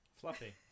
Fluffy